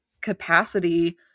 capacity